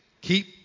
Keep